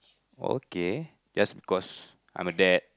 okay just because I'm a dad